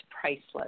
priceless